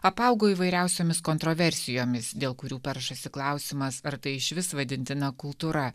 apaugo įvairiausiomis kontroversijomis dėl kurių peršasi klausimas ar tai išvis vadintina kultūra